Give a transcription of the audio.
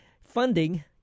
funding